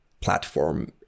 platform